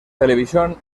televisión